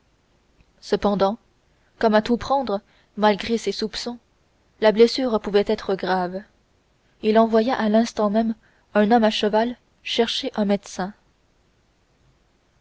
cependant comme à tout prendre malgré ses soupçons la blessure pouvait être grave il envoya à l'instant même un homme à cheval chercher un médecin